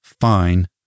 fine